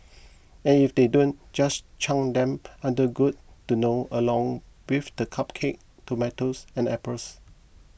and if they don't just chuck them under good to know along with the cupcake tomatoes and apples